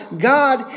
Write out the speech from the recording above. God